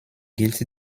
gilt